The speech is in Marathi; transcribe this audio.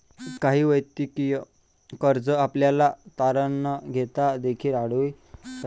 काही वैयक्तिक कर्ज आपल्याला तारण न घेता देखील आढळून शकते